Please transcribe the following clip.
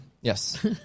Yes